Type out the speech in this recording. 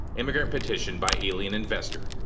immigrant petition by alien investor,